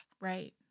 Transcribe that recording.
right